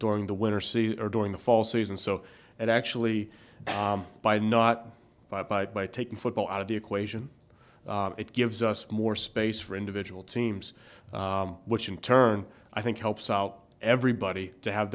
during the winter sea or during the fall season so that actually by not by by by taking football out of the equation it gives us more space for individual teams which in turn i think helps out everybody to have